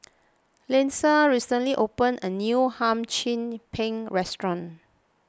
Lindsay recently open a new Hum Chim Peng restaurant